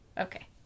Okay